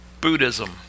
Buddhism